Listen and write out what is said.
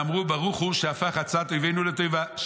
ואמרו: ברוך הוא שהפך עצת אויבינו לטובה.